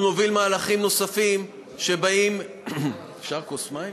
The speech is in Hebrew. אנחנו נוביל מהלכים נוספים, שבאים, אפשר כוס מים?